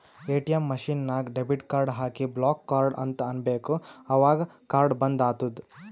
ATM machine ನಾಗ್ debit card ಹಾಕಿ block card ಅಂತ್ ಅನ್ಬೇಕ ಅವಗ್ ಕಾರ್ಡ ಬಂದ್ ಆತ್ತುದ್